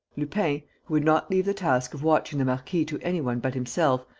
lupin, who would not leave the task of watching the marquis to any one but himself,